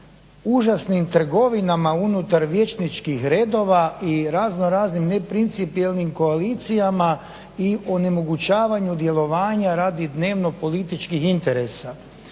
užasnim trgovinama unutar vijećničkih redova i razno raznim ne principijelnim koalicijama i onemogućavanju djelovanja radi dnevno političkih interesa